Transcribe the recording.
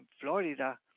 Florida